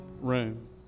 room